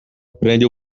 prende